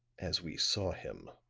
as we saw him.